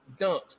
Dunks